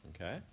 okay